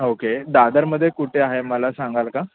okay दादरमध्ये कुठे आहे मला सांगाल का